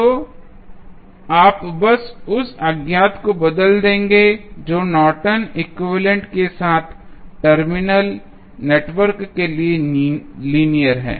तो आप बस उस अज्ञात को बदल देंगे जो नॉर्टन एक्विवैलेन्ट Nortons equivalent के साथ टर्मिनल नेटवर्क के लिए लीनियर है